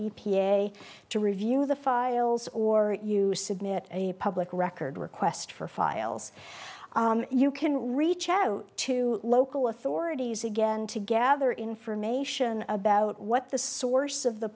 a to review the files or you submit a public record request for files you can reach out to local authorities again to gather information about what the source of the